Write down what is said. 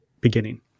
beginning